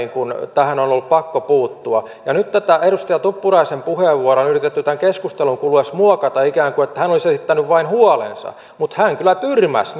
tähän on ollut pakko puuttua nyt tätä edustaja tuppuraisen puheenvuoroa on yritetty tämän keskustelun kuluessa muokata ikään kuin että hän olisi esittänyt vain huolensa mutta hän kyllä tyrmäsi